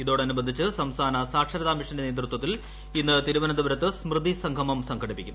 ഇതിനോടനുബന്ധിച്ച് സംസ്ഥാന സാക്ഷരതാ മിഷന്റെ നേതൃത്വത്തിൽ ഇന്ന് തിരുവനന്തപുരത്ത് സ്മൃതി സംഗമം സംഘടിപ്പിക്കും